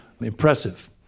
Impressive